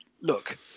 Look